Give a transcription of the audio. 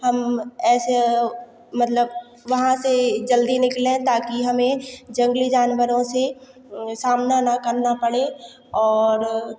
हम ऐसे मतलब वहाँ से जल्दी निकलें ताकि हमें जंगली जानवरों से सामना ना करना पड़े और